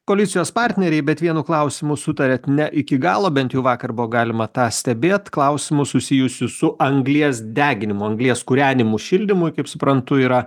koalicijos partneriai bet vienu klausimu sutariat ne iki galo bent jau vakar buvo galima tą stebėt klausimų susijusių su anglies deginimu anglies kūrenimu šildymui kaip suprantu yra